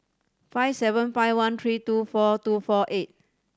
five seven five one three two four two four eight